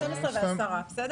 11:31.